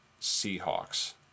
Seahawks